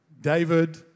David